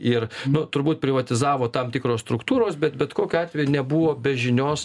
ir nu turbūt privatizavo tam tikros struktūros bet bet kokiu atveju nebuvo be žinios